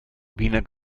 wiener